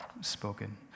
spoken